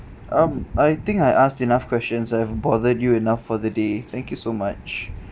um I think I asked enough questions I have bothered you enough for the day thank you so much